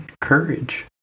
Courage